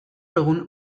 egun